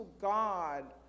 God